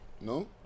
No